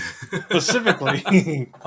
Specifically